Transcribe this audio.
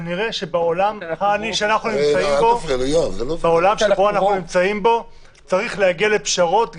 כנראה שבעולם שאנחנו נמצאים בו צריך להגיע לפשרות,